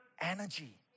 energy